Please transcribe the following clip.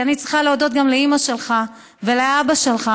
ואני צריכה להודות גם לאימא שלך ולאבא שלך,